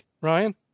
Ryan